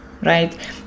right